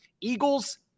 Eagles